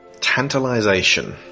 tantalization